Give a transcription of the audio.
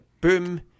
boom